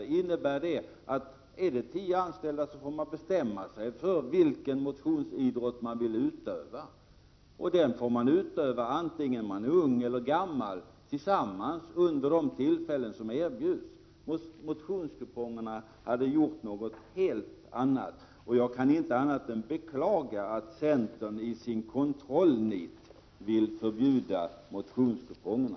Det innebär att de tio anställda får bestämma sig för vilken motionsidrott de vill utöva, och den får man utöva antingen man är ung eller gammal, vid de tillfällen som erbjuds. Med motionskuponger hade det varit något helt annat. Jag kan inte annat än beklaga att centern i sitt kontrollnit vill förbjuda motionskupongerna.